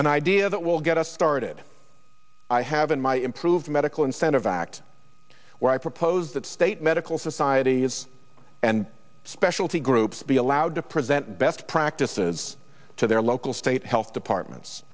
an idea that will get us started i have in my improved medical incentive act where i propose that state medical societies and specialty groups be allowed to present best practices to their local state health departments